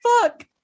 fuck